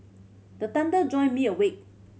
the thunder join me awake